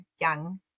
young